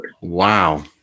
Wow